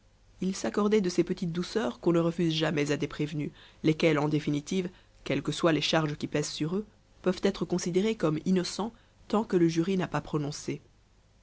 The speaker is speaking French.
il s'accordait de ces petites douceurs qu'on ne refuse jamais à des prévenus lesquels en définitive quelles que soient les charges qui pèsent sur eux peuvent être considérés comme innocents tant que le jury n'a pas prononcé